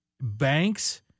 banks